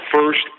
first